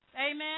Amen